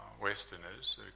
Westerners